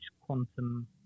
quantum